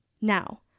Now